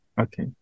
Okay